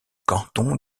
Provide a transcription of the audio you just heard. canton